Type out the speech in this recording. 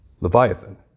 Leviathan